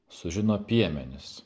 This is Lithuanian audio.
sužino piemenys